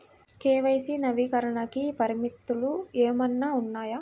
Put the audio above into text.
KYC నవీకరణకి పరిమితులు ఏమన్నా ఉన్నాయా?